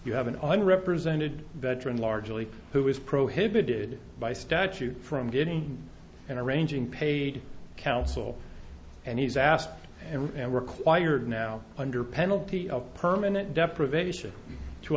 you have an unrepresented veteran largely who is prohibited by statute from getting in arranging paid counsel and he's asked and required now under penalty of permanent deprivation to